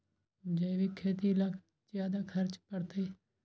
जैविक खेती ला ज्यादा खर्च पड़छई?